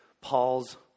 Paul's